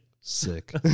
Sick